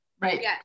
right